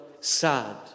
sad